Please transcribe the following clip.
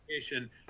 education